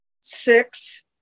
six